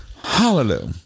Hallelujah